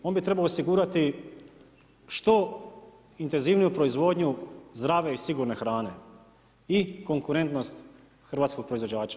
On bi trebao osigurati što intenzivniju proizvodnju zdrave i sigurne hrane i konkurentnost hrvatskog proizvođača.